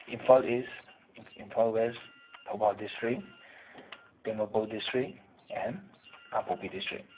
Imphal east ꯏꯝꯐ Imphal west Thoubal district Tengnoupal district and Kangpokpi district